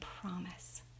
promise